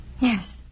Yes